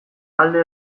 alde